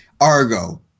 Argo